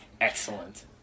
Excellent